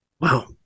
Wow